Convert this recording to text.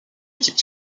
équipe